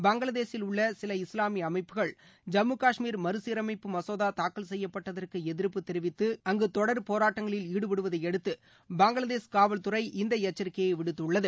பங்களாதேசில் உள்ள சில இஸ்லாமிய அமைப்புகள் ஜம்மு காஷ்மீர் மறுசீரமைப்பு மசோதா தாக்கல் செய்யப்பட்டதற்கு எதிர்ப்பு தெரிவித்து அங்கு தொடர் போராட்டங்களில் ஈடுபடுவதை அடுத்து பங்களாதேஷ் காவல்துறை இந்த எச்சரிக்கையை விடுத்துள்ளது